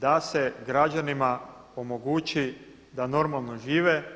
da se građanima omogući da normalno žive.